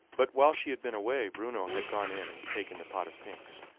but while she had been away bruno had gone in and taken the pot of pinks,